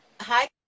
Hi